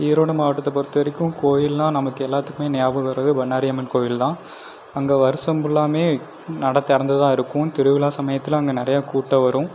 ஈரோடு மாவட்டத்தை பொறுத்தவரைக்கும் கோயில்னால் நமக்கு எல்லாத்துக்குமே ஞாபகம் வரது பண்ணாரி அம்மன் கோவில் தான் அங்கே வருஷம் ஃபுல்லாமே நடை திறந்து தான் இருக்கும் திருவிழா சமயத்தில் அங்கே நிறையா கூட்டம் வரும்